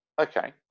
Okay